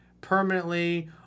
permanently